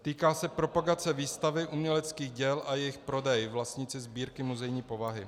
Týká se propagace výstavy uměleckých děl a jejich prodej, vlastníci sbírky muzejní povahy.